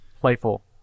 Playful